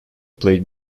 played